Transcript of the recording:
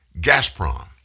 Gazprom